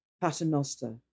paternoster